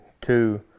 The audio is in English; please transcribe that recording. two